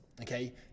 okay